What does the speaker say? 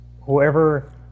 whoever